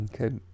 Okay